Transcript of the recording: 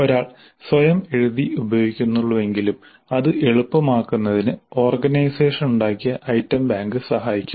ഒരാൾ സ്വയം എഴുതി ഉപയോഗിക്കുന്നുള്ളൂവെങ്കിലും അത് എളുപ്പമാക്കുന്നതിന് ഓർഗനൈസേഷൻ ഉണ്ടാക്കിയ ഐറ്റം ബാങ്ക് സഹായിക്കും